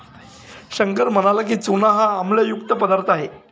शंकर म्हणाला की, चूना हा आम्लयुक्त पदार्थ आहे